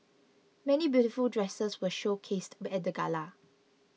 many beautiful dresses were showcased at the gala